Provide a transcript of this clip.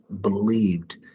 believed